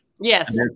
yes